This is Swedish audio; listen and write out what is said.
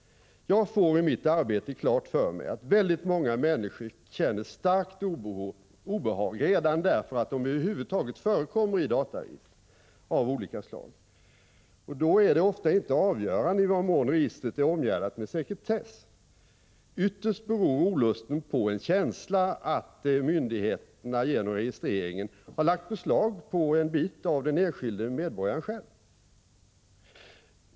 Jag får i mitt arbete klart för mig att väldigt många människor känner starkt obehag redan därför att de över huvud taget förekommer i dataregister av olika slag. Då är det ofta inte avgörande i vad mån registren är omgärdade med sekretess. Ytterst beror den olusten på en känsla av att myndigheterna genom registreringen har lagt beslag på en bit av den enskilde medborgaren själv.